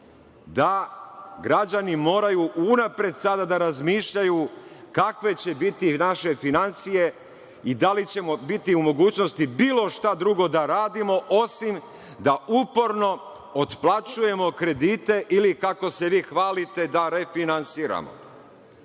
da građani moraju unapred sada da razmišljaju kakve će biti naše finansije i da li ćemo biti u mogućnosti bilo šta drugo da radimo osim da uporno otplaćujemo kredite ili, kako se vi hvalite, da refinansiramo.